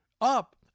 up